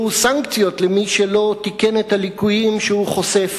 שהוא סנקציות על מי שלא תיקן את הליקויים שהוא חושף.